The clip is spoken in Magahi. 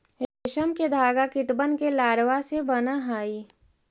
रेशम के धागा कीटबन के लारवा से बन हई